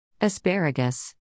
Asparagus